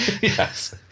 yes